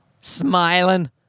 Smiling